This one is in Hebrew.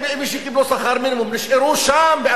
אלה שקיבלו שכר מינימום נשארו שם,